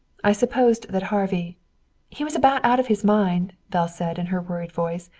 i supposed that harvey he was about out of his mind, belle said in her worried voice.